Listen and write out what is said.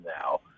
now